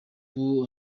trump